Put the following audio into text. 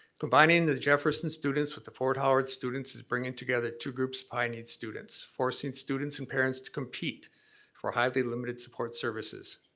combining the jefferson students with the fort howard students is bringing together two groups high-need students forcing students and parents to compete for highly limited support services.